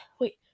Wait